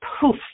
poof